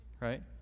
right